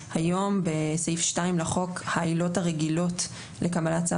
היום בסעיף 2 לחוק העילות הרגילות לקבלת צו